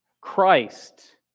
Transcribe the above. Christ